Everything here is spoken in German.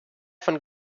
von